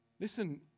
Listen